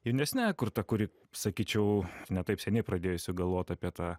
jaunesniąja karta kuri sakyčiau ne taip seniai pradėsi galvot apie tą